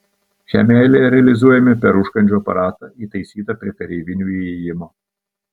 šią meilę realizuojame per užkandžių aparatą įtaisytą prie kareivinių įėjimo